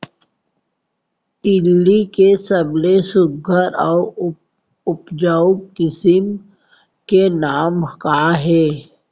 तिलि के सबले सुघ्घर अऊ उपजाऊ किसिम के नाम का हे?